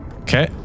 okay